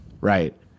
right